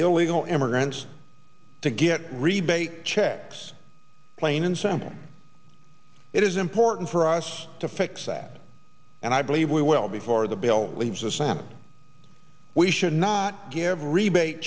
illegal immigrants to get rebate checks plain and simple it is important for us to fix that and i believe we will before the bill leaves a salmon we should not give rebate